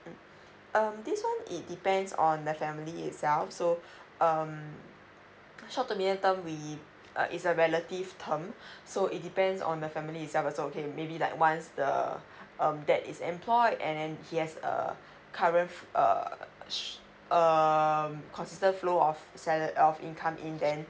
mm um this one it depends on the family itself so um short to medium term we uh is a relative term so it depends on the family itself okay maybe like once the um dad is employed and then he has a currently f~ err sh~ um consistent the flow of sala~ of income in then